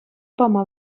пама